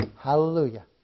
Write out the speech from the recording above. Hallelujah